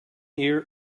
ear